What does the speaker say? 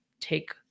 take